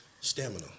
Stamina